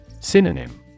Synonym